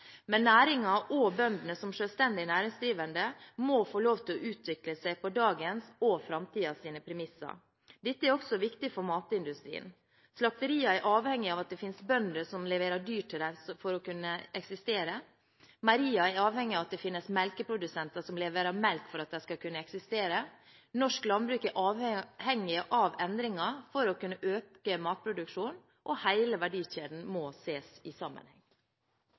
Men næringen og bøndene som selvstendig næringsdrivende må få lov til å utvikle seg på dagens og framtidens premisser. Dette er også viktig for matindustrien. Slakteriene er avhengig av at det finnes bønder som leverer dyr til dem for å kunne eksistere. Meieriene er avhengig av at det finnes melkeprodusenter som leverer melk for at de skal kunne eksistere. Norsk landbruk er avhengig av endringer for å kunne øke matproduksjonen, og hele verdikjeden må ses i sammenheng.